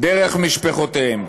דרך משפחותיהם,